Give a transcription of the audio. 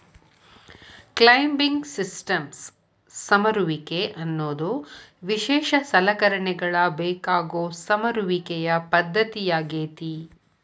climbing systems ಸಮರುವಿಕೆ ಅನ್ನೋದು ವಿಶೇಷ ಸಲಕರಣೆಗಳ ಬೇಕಾಗೋ ಸಮರುವಿಕೆಯ ಪದ್ದತಿಯಾಗೇತಿ